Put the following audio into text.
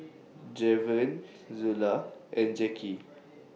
Draven Zula and Jackie